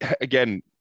again